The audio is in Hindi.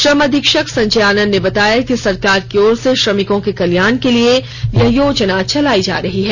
श्रम अधीक्षक संजय आनंद ने बताया कि सरकार की ओर से श्रमिकों के कल्याण के लिए यह योजना चलाई जा रही है